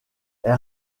ils